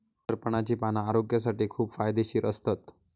सरपणाची पाना आरोग्यासाठी खूप फायदेशीर असतत